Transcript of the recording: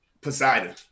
Poseidon